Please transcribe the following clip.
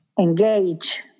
engage